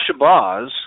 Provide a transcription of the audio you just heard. Shabazz